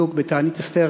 בתענית אסתר,